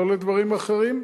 לא לדברים אחרים.